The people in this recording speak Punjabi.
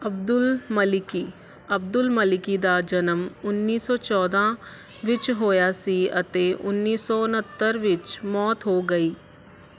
ਅਬਦੁਲ ਮਲਿਕੀ ਅਬਦੁਲ ਮਲਿਕੀ ਦਾ ਜਨਮ ਉੱਨੀ ਸੌ ਚੌਦਾਂ ਵਿੱਚ ਹੋਇਆ ਸੀ ਅਤੇ ਉੱਨੀ ਸੌ ਉਣਹੱਤਰ ਵਿੱਚ ਮੌਤ ਹੋ ਗਈ